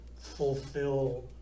fulfill